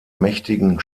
mächtigen